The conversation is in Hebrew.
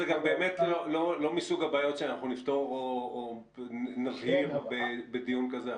זה לא מסוג הבעיות שאנחנו נפתור או נבהיר בדיון כזה עכשיו.